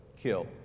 kill